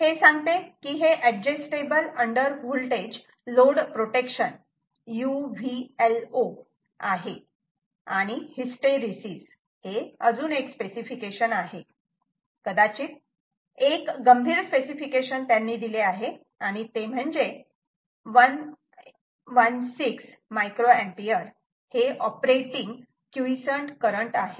हे सांगते की हे adjustable under voltage load protection UVLO आहे आणि हिस्टेरीसिस हे अजून एक स्पेसिफिकेशन आहे कदाचित एक गंभीर स्पेसिफिकेशन त्यांनी दिले आहे ते म्हणजे 116 मायक्रो एम्पियर हे ऑपरेटिंग क्युइसंट करंट आहे